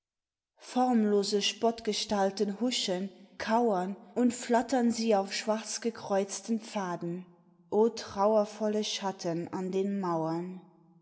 formlose spottgestalten huschen kauern und flattern sie auf schwarz gekreuzten pfaden o trauervolle schatten an den mauern